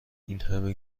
اینهمه